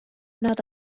nad